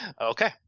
Okay